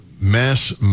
mass